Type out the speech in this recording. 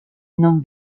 non